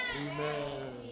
Amen